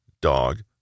dog